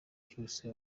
cyose